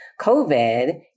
COVID